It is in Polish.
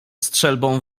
strzelbą